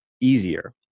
easier